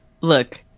Look